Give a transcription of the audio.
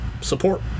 support